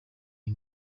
iyi